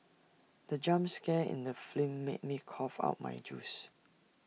the jump scare in the film made me cough out my juice